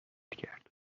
کرد